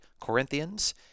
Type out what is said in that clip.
Corinthians